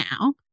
now